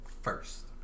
first